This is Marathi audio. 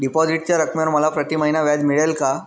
डिपॉझिटच्या रकमेवर मला प्रतिमहिना व्याज मिळेल का?